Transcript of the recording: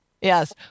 yes